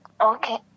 Okay